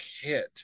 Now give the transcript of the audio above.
hit